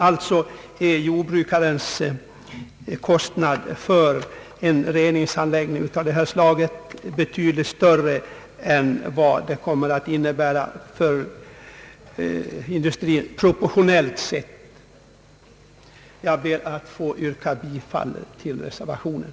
Alltså är jordbrukarens kostnad för en reningsanläggning av det här slaget proportionellt sett betydligt större än motsvarande kostnad för industrin. Jag ber att få yrka bifall till reservationen.